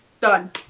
Done